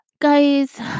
guys